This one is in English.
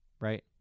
right